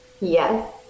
Yes